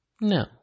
no